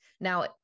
Now